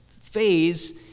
phase